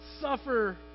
suffer